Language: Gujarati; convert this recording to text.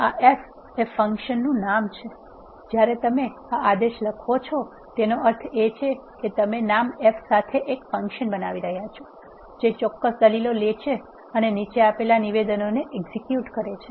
આ f એ ફંક્શન નામ છે જ્યારે તમે આ આદેશ લખો છો તેનો અર્થ એ છે કે તમે નામ f સાથે એક ફંકશન બનાવી રહ્યા છો જે ચોક્કસ દલીલો લે છે અને નીચે આપેલા નિવેદનોને એક્ઝેક્યુટ કરે છે